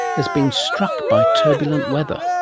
has been struck by turbulent weather.